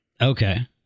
Okay